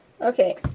Okay